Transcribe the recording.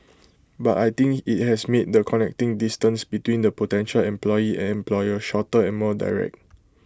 but I think IT has made the connecting distance between the potential employee and employer shorter and more direct